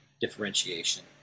differentiation